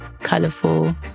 colourful